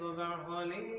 that mining